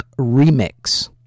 Remix